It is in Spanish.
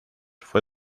fue